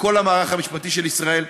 ובכל המערך המשפטי של ישראל,